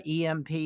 EMP